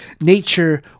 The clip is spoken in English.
Nature